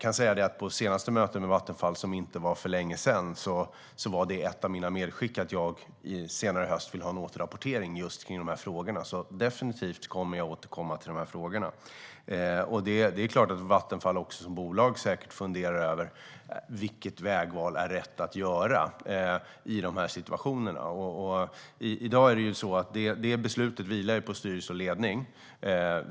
På det senaste mötet med Vattenfall för inte så länge sedan var ett av mina medskick att jag senare i höst vill ha en återrapportering om dessa frågor, så jag kommer definitivt att återkomma till dem. Det är klart att Vattenfall som bolag säkert också funderar över vilket vägval som är rätt att göra i dessa situationer. I dag vilar det beslutet på styrelse och ledning.